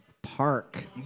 Park